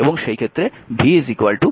এবং সেই ক্ষেত্রে v 0